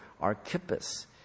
Archippus